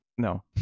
No